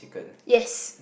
yes